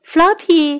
Floppy